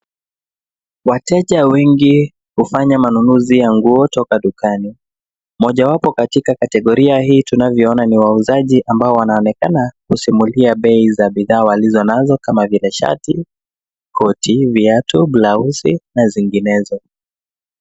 Wateja wengi hufanya manunuzi ya nguo toka madukani. Mojawapo kutoka kategoria hii tunavyoona ni wauzaji ambao wanaonekana kusimulia bei za bidhaa walizonazo kama vile shati, koti, viatu, blausi na zinginezo.